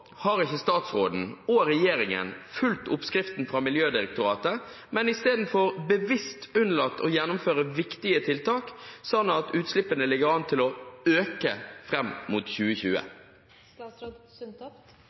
har ikke statsråden og regjeringen fulgt oppskriften fra Miljødirektoratet, men i stedet bevisst unnlatt å gjennomføre viktige tiltak slik at utslippene ligger an til å øke fram mot